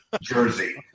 Jersey